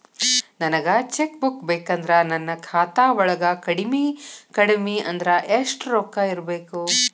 ನನಗ cheque book ಬೇಕಂದ್ರ ನನ್ನ ಖಾತಾ ವಳಗ ಕಡಮಿ ಕಡಮಿ ಅಂದ್ರ ಯೆಷ್ಟ್ ರೊಕ್ಕ ಇರ್ಬೆಕು?